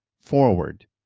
forward